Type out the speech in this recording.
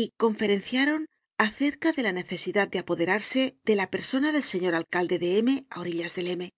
y conferenciaron acerca de la necesidad de apoderarse de la persona del señor alcalde de m á orillas del